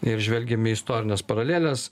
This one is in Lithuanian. ir įžvelgiam į istorines paraleles